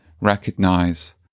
recognize